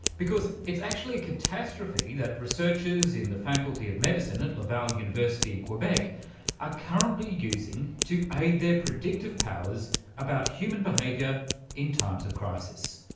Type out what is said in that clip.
because it's actually catastrophe that researchers in the faculty of medicine at laval university in quebec are currently using to aid their predictive powers about human behaviour in times of crisis.